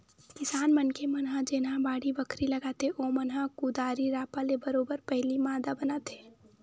किसान मनखे मन जेनहा बाड़ी बखरी लगाथे ओमन ह कुदारी रापा ले बरोबर पहिली मांदा बनाथे